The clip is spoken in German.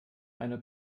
eine